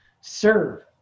serve